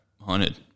hunted